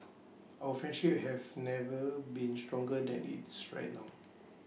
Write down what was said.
our friendship have never been stronger than it's right now